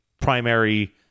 primary